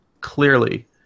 clearly